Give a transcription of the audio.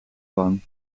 wang